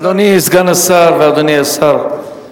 אדוני סגן השר ואדוני השר,